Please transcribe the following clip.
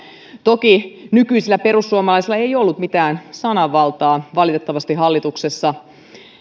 toki nykyisillä perussuomalaisilla ei valitettavasti ollut mitään sananvaltaa hallituksessa